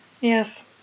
Yes